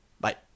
Bye